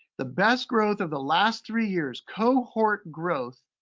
the best growth of the last three years, cohort growth,